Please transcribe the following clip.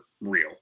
real